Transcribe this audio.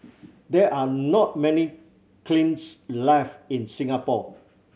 there are not many kilns left in Singapore